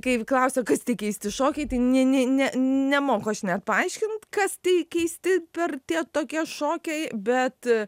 kai klausiau kas tie keisti šokiai tai ne ne ne nemoku aš net paaiškint kas tie keisti per tie tokie šokiai bet